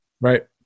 Right